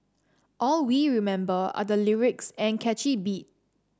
all we remember are the lyrics and catchy beat